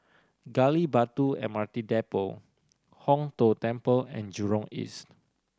Gali Batu M R T Depot Hong Tho Temple and Jurong East